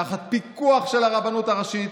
תחת פיקוח של הרבנות הראשית,